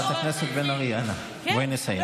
חברת הכנסת בן ארי, בואי נסיים.